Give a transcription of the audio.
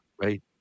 right